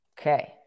Okay